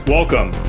Welcome